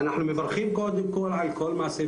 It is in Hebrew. אנחנו מברכים קודם כול על כל מעשה,